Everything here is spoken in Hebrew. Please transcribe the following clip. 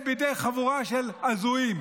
חבר הכנסת הלוי.